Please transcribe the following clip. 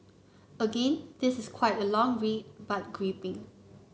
again this is quite a long read but gripping